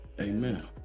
Amen